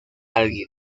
alguien